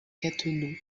cattenom